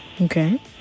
Okay